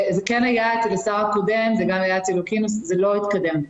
זה כן היה אצל השר הקודם אבל זה לא התקדם.